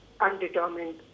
undetermined